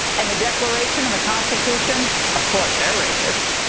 and the declaration and the constitution, of course they're racist.